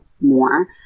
more